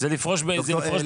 זה לפרוש בשיא.